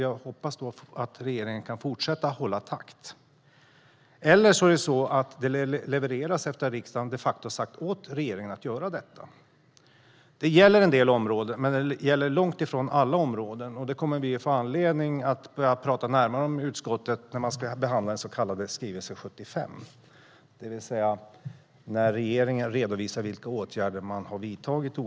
Jag hoppas ändå att regeringen kan fortsätta hålla takt. Regeringen levererar också efter att riksdagen har sagt åt den att göra så. Detta gäller vissa områden, men långt ifrån alla. Det kommer vi i utskottet att få anledning att tala närmare om när vi ska behandla skrivelse 75, i vilken regeringen redovisar vilka åtgärder den har vidtagit.